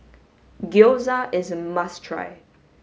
Gyoza is a must try